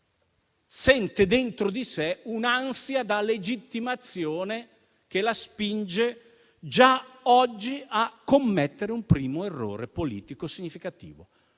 sente dentro di sé un'ansia da legittimazione che la spinge già oggi a commettere un primo errore politico significativo.